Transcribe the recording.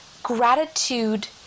Gratitude